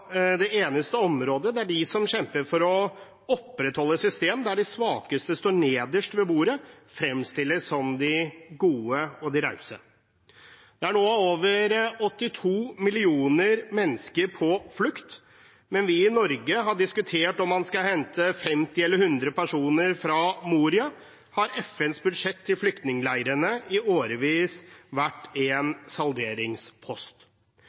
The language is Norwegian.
det eneste området der de som kjemper for å opprettholde et system der de svakeste står nederst ved bordet, fremstilles som de gode og de rause. Det er nå over 82 millioner mennesker på flukt. Mens vi i Norge har diskutert om man skal hente 50 eller 100 personer fra Moria, har FNs budsjett til flyktningleirene i årevis vært